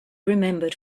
remembered